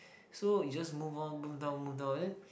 so you just move on move down move down then